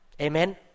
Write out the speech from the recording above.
Amen